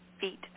feet